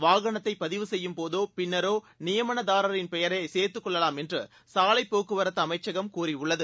வாகனத்தை பதிவு செய்யும்போதோ பின்னரோ நியமன தாரரின் பெயரை சேர்த்துக்கொள்ளலாம் என்று சாலை போக்குவரத்து அமைச்சகம் கூறியுள்ளது